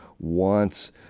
wants